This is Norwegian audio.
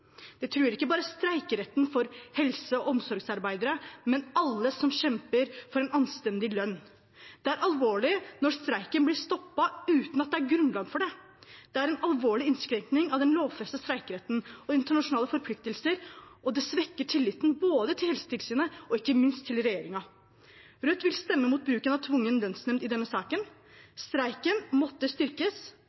Det truer ikke bare streikeretten for helse- og omsorgsarbeidere, men for alle som kjemper for en anstendig lønn. Det er alvorlig når streiken blir stoppet uten at det er grunnlag for det. Det er en alvorlig innskrenkning av den lovfestede streikeretten og internasjonale forpliktelser, og det svekker tilliten både til Helsetilsynet og ikke minst til regjeringen. Rødt vil stemme mot bruken av tvungen lønnsnemnd i denne saken. Streiken måtte styrkes,